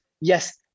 yes